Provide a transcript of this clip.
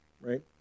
right